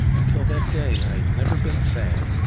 until that day i had never been sad,